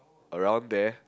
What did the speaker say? around there